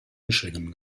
michigan